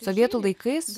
sovietų laikais